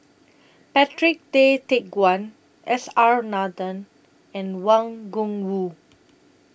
Patrick Tay Teck Guan S R Nathan and Wang Gungwu